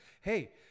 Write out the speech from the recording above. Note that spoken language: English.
Hey